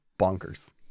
bonkers